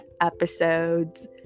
episodes